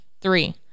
Three